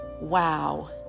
wow